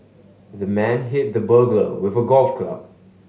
the man hit the burglar with a golf club